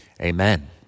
amen